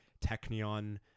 Technion